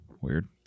Weird